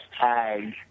tag